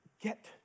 get